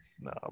no